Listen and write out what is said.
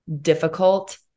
difficult